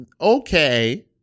okay